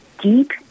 deep